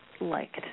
liked